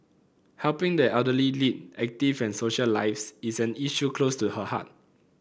helping the elderly lead active and social lives is an issue close to her heart